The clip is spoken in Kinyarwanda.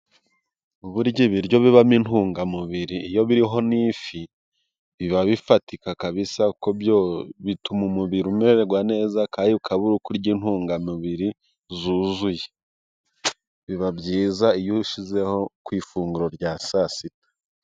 Burya ibiryo bibamo intungamubiri iyo biriho n'ifi，biba bifatika kabisa， bituma umubiri umererwa neza，kandi ukaba uri kurya intungamubiri zuzuye. Biba byiza iyo ushyizeho ku ifunguro rya saa sita.